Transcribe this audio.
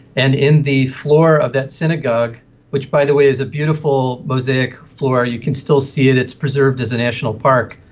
and in the floor of that synagogue which, by the way, is a beautiful mosaic floor, you can still see it, it's preserved as a national park.